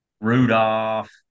rudolph